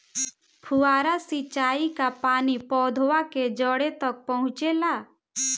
फुहारा सिंचाई का पानी पौधवा के जड़े तक पहुचे ला?